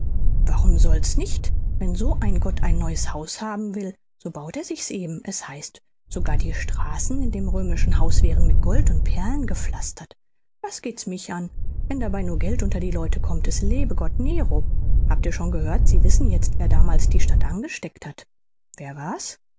warum soll's nicht wenn so ein gott ein neues haus haben will so baut er sich's eben es heißt sogar die straßen in dem römischen haus wären mit gold und perlen gepflastert was geht's mich an wenn dabei nur geld unter die leute kommt es lebe gott nero habt ihr schon gehört sie wissen jetzt wer damals die stadt angesteckt hat wer war's